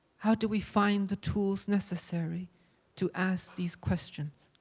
how do we find the tools necessary to ask these questions?